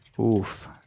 oof